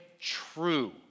True